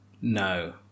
No